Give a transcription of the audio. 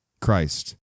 Christ